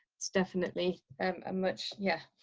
it's definitely um much. yeah,